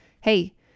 hey